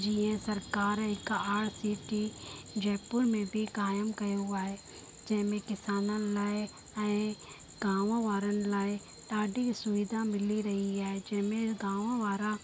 जीअं सरकारि हिकु आर सी टी जयपुर में बि क़ाइमु कयो आहे जंहिंमें किसाननि लाइ ऐं गांव वारनि लाइ ॾाढी सुविधा मिली रही आहे जंहिं में गांव वारा